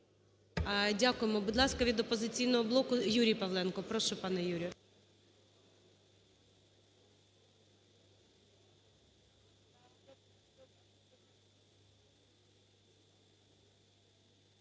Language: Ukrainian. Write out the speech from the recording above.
Дякуємо. Будь ласка, від "Опозиційного блоку" Юрій Павленко. Прошу, пане Юрію.